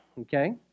okay